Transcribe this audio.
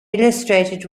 illustrated